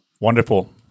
Wonderful